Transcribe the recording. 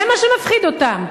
זה מה שמפחיד אותם,